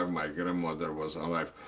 um my grandmother was alive,